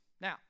Now